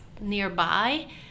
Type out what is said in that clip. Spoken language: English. nearby